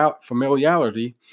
familiarity